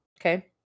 Okay